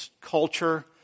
culture